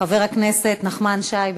חבר הכנסת נחמן שי,